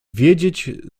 wiedzieć